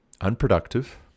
unproductive